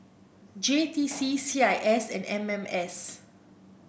J T C C I S and M M S